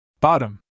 Bottom